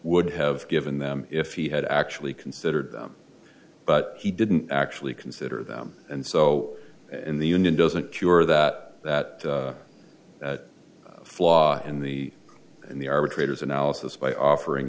would have given them if he had actually considered them but he didn't actually consider them and so in the union doesn't cure that that flaw in the in the arbitrators analysis by offering